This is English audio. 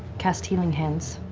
cast healing hands,